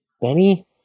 Benny